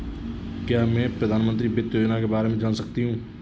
क्या मैं प्रधानमंत्री वित्त योजना के बारे में जान सकती हूँ?